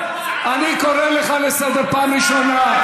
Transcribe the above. אני קורא אותך לסדר פעם ראשונה.